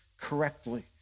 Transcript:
correctly